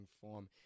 form